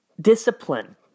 discipline